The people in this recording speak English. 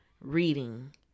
reading